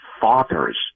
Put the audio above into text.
fathers